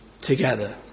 together